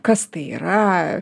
kas tai yra